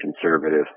conservative